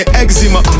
eczema